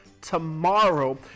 tomorrow